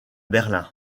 berlin